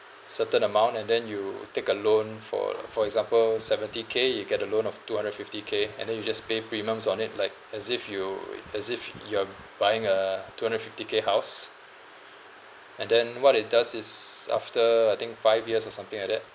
certain amount and then you take a loan for for example seventy K you get a loan of two hundred fifty K and then you just pay premiums on it like as if you as if you are buying a two hundred fifty K house and then what it does is after I think five years or something like that